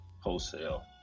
wholesale